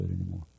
anymore